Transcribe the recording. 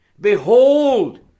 Behold